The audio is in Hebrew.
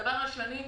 הדבר השני,